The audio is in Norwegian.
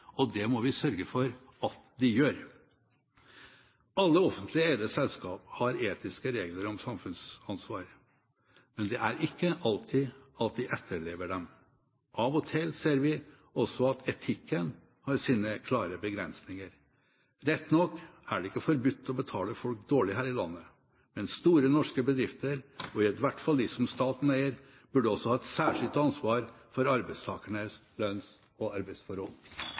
Det må vi sørge for at de gjør. Alle offentlig eide selskap har etiske regler om samfunnsansvar, men det er ikke alltid de etterlever dem. Av og til ser vi også at etikken har sine klare begrensninger. Rett nok er det ikke forbudt å betale folk dårlig her i landet, men store norske bedrifter – i hvert fall de som staten eier – burde også ha et særskilt ansvar for arbeidstakernes lønns- og arbeidsforhold.